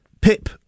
Pip